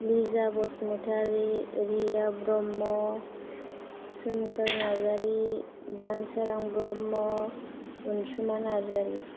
Lija Basumatary Riya Brahma Somkhor Narzary Dansoran Brahma Ansuma Narzary